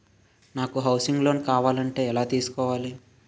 నాకు housing loan కావాలంటే ఎలా తీసుకోవాలి?